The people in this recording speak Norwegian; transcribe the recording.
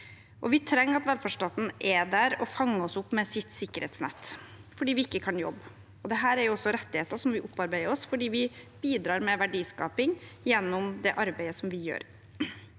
Vi trenger at velferdsstaten er der og fanger oss opp med sitt sikkerhetsnett fordi vi ikke kan jobbe. Dette er også rettigheter som vi opparbeider oss fordi vi bidrar med verdiskaping gjennom det arbeidet vi gjør.